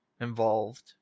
involved